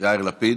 יאיר לפיד,